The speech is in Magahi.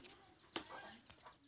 कुन ऐसा खाद खेतोत डालबो ते फसल बढ़बे?